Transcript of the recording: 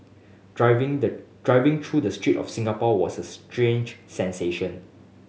driving the driving through the street of Singapore was a strange sensation